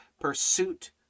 pursuit